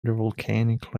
volcanic